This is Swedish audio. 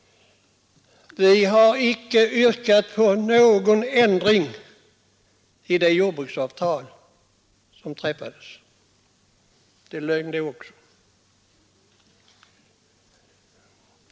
Vi har icke yrkat på någon ändring i det jordbruksavtal som träffades. Påståendet härom är lögn, det också.